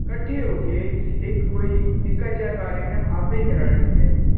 ਇਕੱਠੇ ਹੋ ਕੇ ਇੱਕ ਕੋਈ ਨਿੱਕਾ ਜਿਹਾ ਕਾਰਿਕ੍ਰਮ ਆਪੇ ਹੀ ਕਰਾ ਲੈਂਦੇ ਹਨ